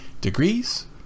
degrees